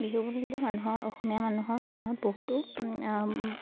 বিহু বুলি মানুহৰ অসমীয়া মানুহৰ মনত বহুতো